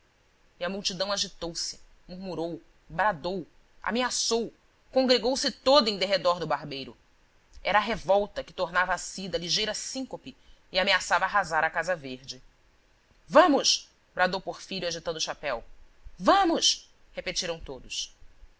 e a multidão agitou-se murmurou bradou ameaçou congregou-se toda em derredor do barbeiro era a revolta que tornava a si da ligeira síncope e ameaçava arrasar a casa verde vamos bradou porfírio agitando o chapéu vamos repetiram todos